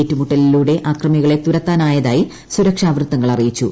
ഏറ്റുമുട്ടലിലൂടെ അക്രമികളെ തുരത്താനായതായി സുരക്ഷാ വൃത്തങ്ങൾ അറിയിച്ചു